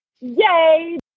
yay